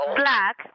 black